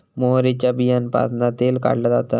मोहरीच्या बीयांपासना तेल काढला जाता